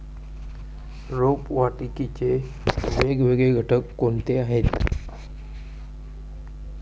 रोपवाटिकेचे वेगवेगळे घटक कोणते आहेत?